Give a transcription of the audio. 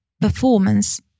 performance